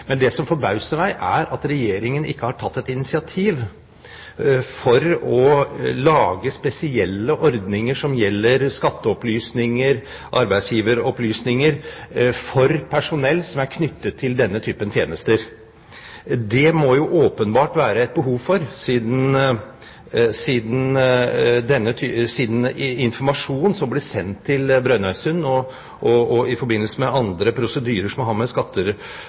Men det som forbauser meg, er at Regjeringen ikke har tatt et initiativ for å lage spesielle ordninger som gjelder skatteopplysninger og arbeidsgiveropplysninger for personell som er knyttet til denne typen tjenester. Det må det åpenbart være et behov for, siden informasjonen som ble sendt til Brønnøysund, og andre prosedyrer som har med